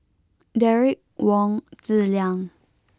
Derek Wong Zi Liang